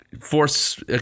force